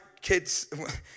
kids